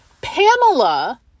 Pamela